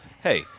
hey